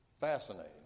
Fascinating